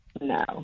No